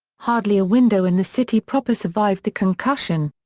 hardly a window in the city proper survived the concussion.